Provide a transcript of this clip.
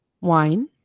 Wine